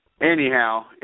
anyhow